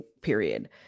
period